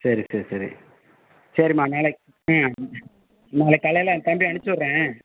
சரி சரி சரி சரிம்மா நாளைக்கு ஆ நாளைக்கு காலையில் தம்பியை அனுப்பிச்சுட்றேன்